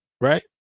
Right